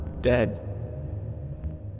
dead